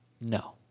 No